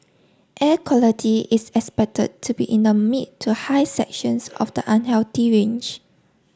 air quality is expected to be in the mid to high sections of the unhealthy range